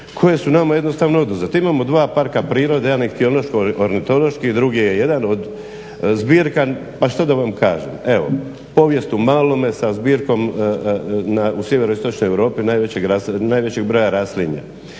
koje su nama jednostavno oduzet. Imamo 2 parka prirode, jedan je …/Govornik se ne razumije./… ornitološki i drugi je jedan od zbirka, pa što da vam kažem, evo povijest u malome sa zbirkom u sjeveroistočnoj Europi, najvećeg broja raslinja.